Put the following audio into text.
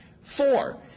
Four